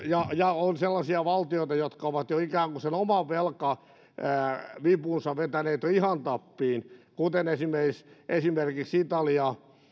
ja ja on sellaisia valtioita jotka ovat jo ikään kuin sen oman velkavipunsa vetäneet ihan tappiin kuten esimerkiksi esimerkiksi italia